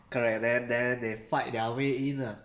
correct then then they fight their way in uh